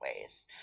ways